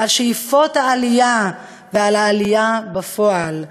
על שאיפות העלייה ועל העלייה בפועל,